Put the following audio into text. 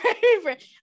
favorite